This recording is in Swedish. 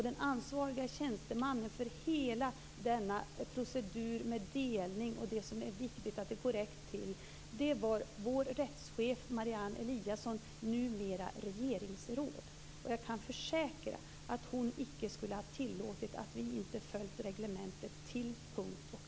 Den ansvarige tjänstemannen för hela denna procedur med delning och det som är viktigt att det går rätt till var vår rättschef Marianne Eliasson, numera regeringsråd. Jag kan försäkra att hon icke skulle ha tillåtit att vi inte följt reglementet till punkt och pricka.